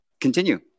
Continue